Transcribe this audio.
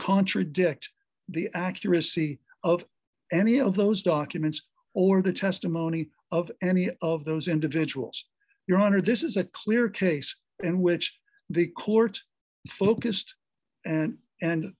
contradict the accuracy of any of those documents or the testimony of any of those individuals your honor this is a clear case in which the court focused and and